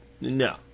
No